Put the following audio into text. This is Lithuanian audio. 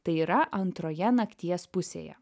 tai yra antroje nakties pusėje